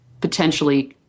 potentially